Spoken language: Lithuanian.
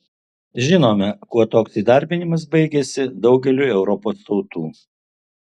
žinome kuo toks įdarbinimas baigėsi daugeliui europos tautų